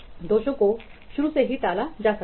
दोषों को शुरू से ही टाला जा सकता है